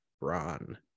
Ron